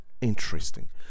interesting